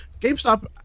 GameStop